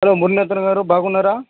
hello మునీశ్వర్గారు బాగున్నారా